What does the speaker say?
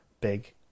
big